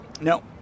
No